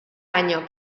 año